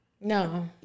No